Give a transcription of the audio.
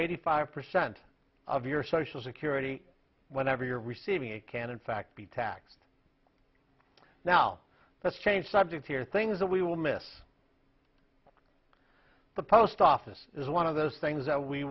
eighty five percent of your social security whenever you're receiving it can in fact be taxed now let's change subjects here things that we will miss the post office is one of those things that we